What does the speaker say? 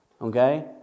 Okay